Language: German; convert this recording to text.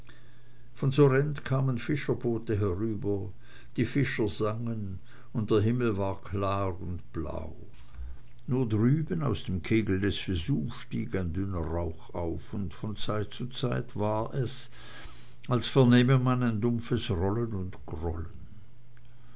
von sorrent kamen fischerboote herüber die fischer sangen und der himmel war klar und blau nur drüben aus dem kegel des vesuv stieg ein dünner rauch auf und von zeit zu zeit war es als vernähme man ein dumpfes rollen und grollen